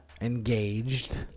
Engaged